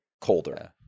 colder